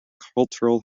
cultural